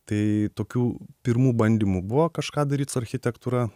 tai tokių pirmų bandymų buvo kažką daryt su architektūra